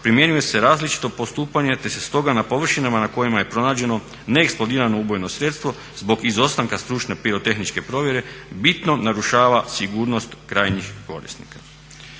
primjenjuje se različito postupanje te se stoga na površinama na kojima je pronađeno neeksplodirano ubojito sredstvo zbog izostanka stručne pirotehničke provjere bitno narušava sigurnost krajnjih korisnika.